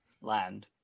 land